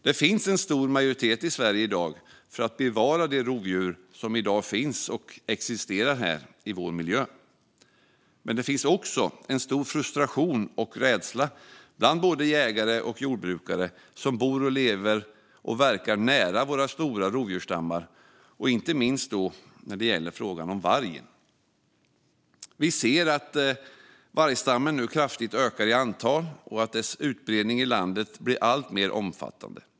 Det finns en stor majoritet i Sverige för att bevara de rovdjur som i dag finns och existerar i vår miljö. Men det finns också stor frustration och rädsla bland både jägare och jordbrukare som bor och lever och verkar nära våra stora rovdjursstammar, inte minst när det gäller vargen. Vi ser att vargstammen kraftigt ökar och att dess utbredning i landet blir alltmer omfattande.